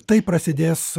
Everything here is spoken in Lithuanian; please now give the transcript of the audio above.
tai prasidės